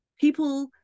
people